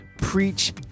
preach